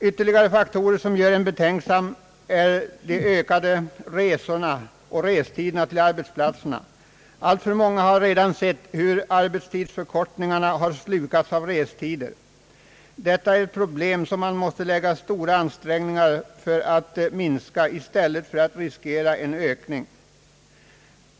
Ytterligare faktorer som gör att man blir betänksam är de ökade resorna och restiderna till arbetsplatserna. Alltför många har redan sett hur arbetstidsförkortningarna slukats av restider. Detta är ett problem där det behövs stora ansträngningar för en minskning av restiderna i stället för att riskera en ökning.